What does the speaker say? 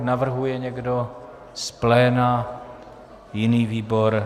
Navrhuje někdo z pléna jiný výbor?